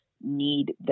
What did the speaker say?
need